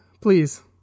please